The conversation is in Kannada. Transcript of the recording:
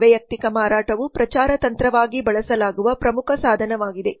ವೈಯಕ್ತಿಕ ಮಾರಾಟವು ಪ್ರಚಾರ ತಂತ್ರವಾಗಿ ಬಳಸಲಾಗುವ ಪ್ರಮುಖ ಸಾಧನವಾಗಿದೆ